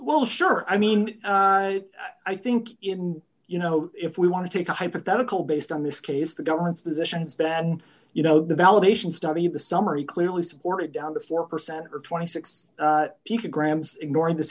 well sure i mean i think you know if we want to take a hypothetical based on this case the government's position has been and you know the validation study of the summary clearly support it down to four percent or twenty six people grams ignoring this